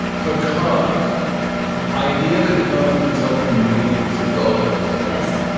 so cause cars. i hear that cars can sell for millions of dollars. yes.